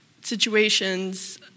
situations